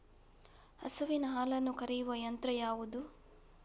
ಹಸುವಿನ ಹಾಲನ್ನು ಕರೆಯುವ ಯಂತ್ರ ಯಾವುದು?